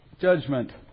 judgment